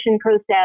process